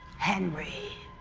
henry!